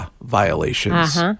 violations